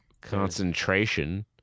Concentration